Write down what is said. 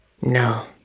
No